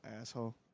asshole